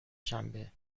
شنبه